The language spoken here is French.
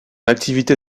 activité